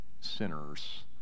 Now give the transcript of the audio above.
sinners